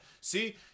see